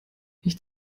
ich